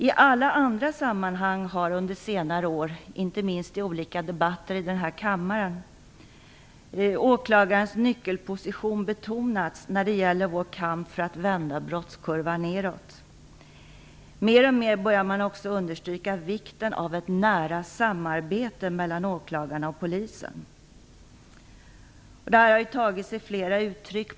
I alla andra sammanhang har under senare år, inte minst i olika debatter i denna kammare, åklagarens nyckelposition betonats när det gäller vår kamp för att vända brottskurvan nedåt. Mer och mer börjar man också att understryka vikten av ett nära samarbete mellan åklagarna och polisen. Detta har tagit sig flera uttryck.